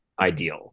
ideal